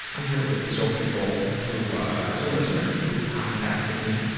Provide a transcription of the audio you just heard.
i'm here with sophie bull who ah is a listener who contacted me